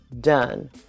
done